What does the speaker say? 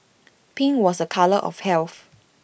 pink was A colour of health